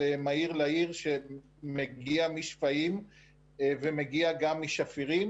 מהיר לעיר שמגיע משפיים ומגיע גם משפירים